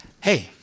Hey